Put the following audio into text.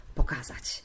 pokazać